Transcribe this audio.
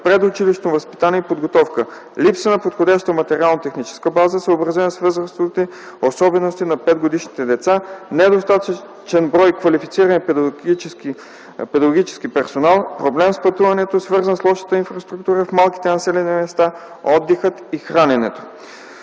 предучилищното възпитание и подготовка – липса на подходяща материално-техническа база, съобразена с възрастовите особености на 5-годишните деца, недостатъчен брой квалифициран педагогически персонал, проблем с пътуването, свързан с лошата инфраструктура в малките населени места, отдих и хранене.